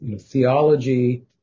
Theology